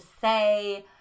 say